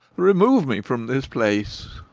remove me from this place.